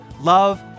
Love